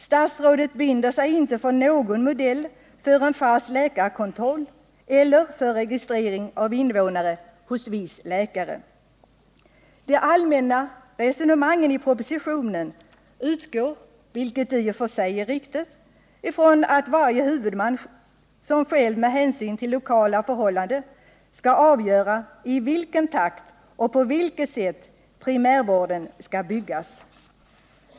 Statsrådet binder sig inte för någon modell för en fast läkarkontakt eller för registrering av invånare hos viss läkare. De allmänna resonemangen i propositionen utgår — vilket i och för sig är riktigt — från att det är varje huvudman som själv med hänsyn till lokala förhållanden skall avgöra i vilken takt och på vilket sätt primärvården skall byggas.